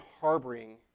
harboring